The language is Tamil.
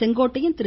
செங்கோட்டையன் திரு